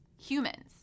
humans